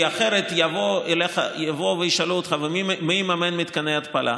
כי אחרת יבואו וישאלו אותך: מי יממן מתקני התפלה?